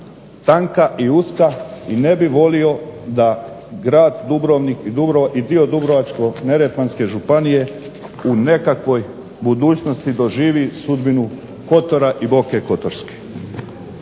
tanka i uska i ne bih volio da grad Dubrovnik i dio Dubrovačko-neretvanske županije u nekakvoj budućnosti doživi sudbinu Kotora i Boke Kotorske.